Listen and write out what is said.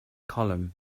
column